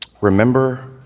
remember